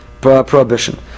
prohibition